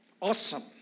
Awesome